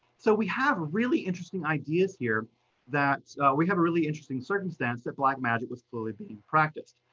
so we have really interesting ideas here that we have a really interesting circumstance that black magic was clearly being practiced.